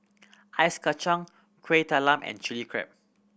Ice Kachang Kuih Talam and Chilli Crab